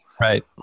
Right